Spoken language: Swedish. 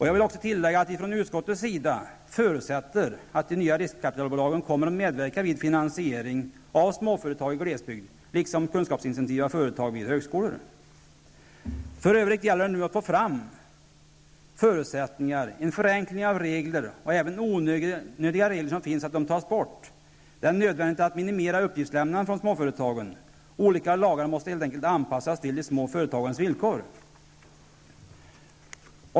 Jag vill också tillägga att vi från utskottets sida förutsätter att de nya riskkapitalbolagen kommer att medverka vid finansiering av småföretag i glesbygd, liksom av kunskapsintensiva företag vid högskolor. För övrigt gäller det nu att få fram en förenkling av regler och att onödiga regler tas bort. Det är nödvändigt att minimera uppgiftslämnandet från småföretagen. Olika lagar måste helt enkelt anpassas till de små företagens villkor.